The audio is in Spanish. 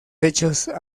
hechos